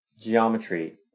Geometry